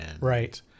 Right